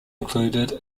included